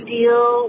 deal